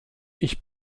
ich